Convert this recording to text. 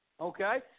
Okay